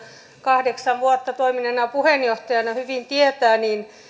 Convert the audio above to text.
kahdeksan vuotta perustuslakivaliokunnan puheenjohtajana toimineena hyvin tietää